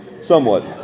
somewhat